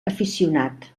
aficionat